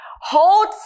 Hold